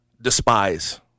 despise